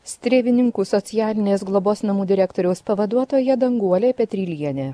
strėvininkų socialinės globos namų direktoriaus pavaduotoja danguolė petrylienė